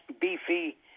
beefy